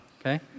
Okay